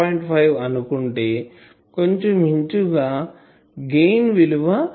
5 అనుకుంటే కొంచెం ఇంచుమించుగా గెయిన్ విలువ1